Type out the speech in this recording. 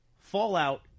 Fallout